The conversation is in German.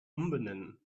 umbenennen